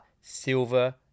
Silver